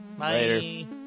Later